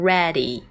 Ready